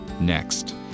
Next